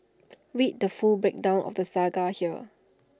read the full breakdown of the saga here